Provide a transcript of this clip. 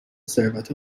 ثروت